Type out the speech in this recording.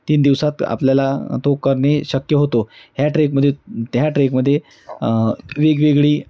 तीन दिवसात आपल्याला तो करणे शक्य होतो ह्या ट्रेकमध्ये त्या ट्रेकमध्ये वेगवेगळी